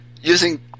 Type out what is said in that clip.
using